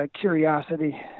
curiosity